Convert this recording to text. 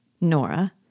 Nora